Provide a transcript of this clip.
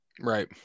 Right